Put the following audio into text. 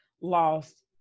lost